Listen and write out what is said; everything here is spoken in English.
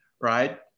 right